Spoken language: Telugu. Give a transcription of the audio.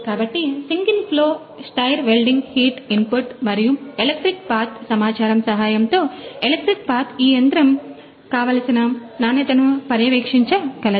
కాబట్టి single flow stir welding heat input మరియు ఎలక్ట్రిక్ పాత్ సమాచారం సహాయంతో ఎలక్ట్రిక్ పాత్ ఈ యంత్రం కావలసిన నాణ్యతను పర్యవేక్షించగలదు